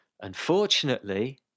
Unfortunately